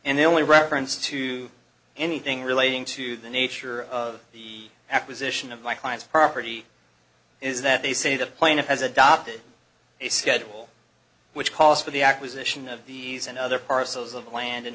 and the only reference to anything relating to the nature of the acquisition of my client's property is that they say the plaintiff has adopted a schedule which calls for the acquisition of these and other parcels of land in